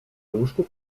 łóżku